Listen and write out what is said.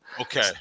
okay